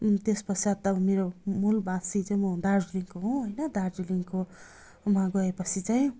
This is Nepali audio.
त्यस पश्चात् त मेरो मूलवासी चाहिँ म दार्जिलङको हो होइन दार्जिलिङकोमा गए पछि चाहिँ